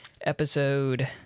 episode